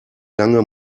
lange